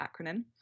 acronym